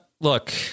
look